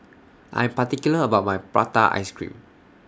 I'm particular about My Prata Ice Cream